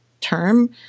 term